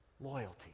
Loyalty